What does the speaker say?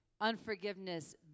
unforgiveness